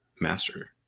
Master